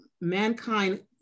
mankind